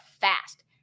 fast